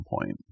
point